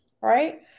right